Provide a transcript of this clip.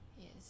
Yes